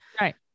Right